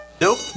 Nope